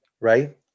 right